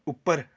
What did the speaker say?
ਉੱਪਰ